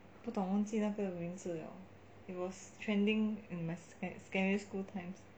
不懂忘记那个名字了 it was trending in my secondary school times